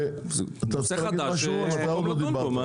נושא חדש, יש מקום לדון בו.